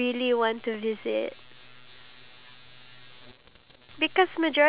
um I think when we want to travel I think we should just